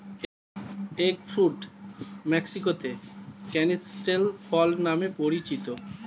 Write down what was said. egg fruit মেক্সিকোতে canistel ফল নামে পরিচিত